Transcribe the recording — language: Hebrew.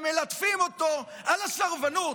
הם מלטפים אותו על הסרבנות,